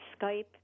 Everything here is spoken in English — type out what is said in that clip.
Skype